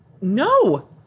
No